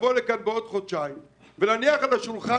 לבוא לכאן בעוד חודשיים ולהניח על השולחן